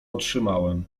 otrzymałem